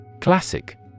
Classic